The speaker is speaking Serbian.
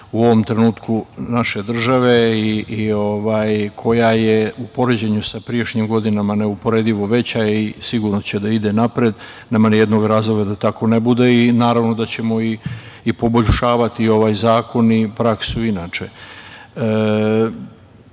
u ovom trenutku naše države i koja je u poređenju sa pređašnjim godinama neuporedivo veća i sigurno će da ide napred. Nema nijednog razloga da tako ne bude i naravno da ćemo i poboljšavati i ovaj zakon i praksu inače. Ima